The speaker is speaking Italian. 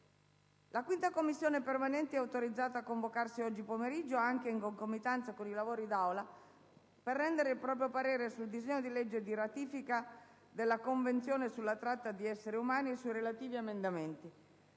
La 5a Commissione permanente è autorizzata a convocarsi oggi pomeriggio, anche in concomitanza con i lavori dell'Aula, per rendere il proprio parere sul disegno di legge di ratifica della Convenzione sulla tratta di esseri umani e sui relativi emendamenti.